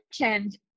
mentioned